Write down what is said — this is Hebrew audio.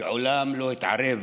מעולם לא התערב